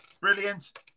Brilliant